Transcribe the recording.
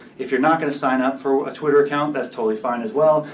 if you're not going to sign up for a twitter account, that's totally fine as well.